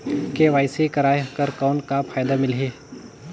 KYC कराय कर कौन का फायदा मिलही?